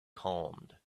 calmed